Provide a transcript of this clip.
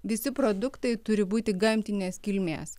visi produktai turi būti gamtinės kilmės